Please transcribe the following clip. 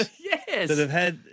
Yes